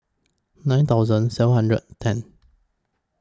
nine thousand seven hundred and ten